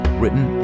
written